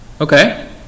Okay